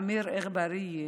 אמיר אגברייה